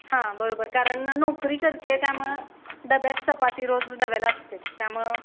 हां बरोबर कारण नोकरी करत आहे त्यामुळं डब्यात चपाती रोज डब्याला असते त्यामुळं